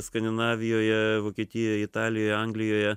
skandinavijoje vokietijoj italijoj anglijoje